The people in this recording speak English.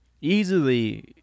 Easily